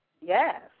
Yes